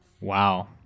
Wow